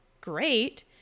great